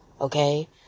Okay